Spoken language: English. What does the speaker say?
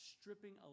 Stripping